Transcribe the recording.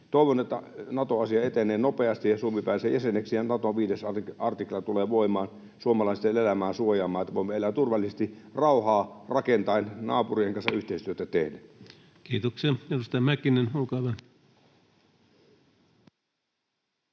Toivon, että Nato-asia etenee nopeasti ja Suomi pääsee jäseneksi ja Naton viides artikla tulee voimaan suomalaisten elämää suojaamaan, että voimme elää turvallisesti rauhaa rakentaen naapurien kanssa yhteistyötä